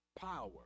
power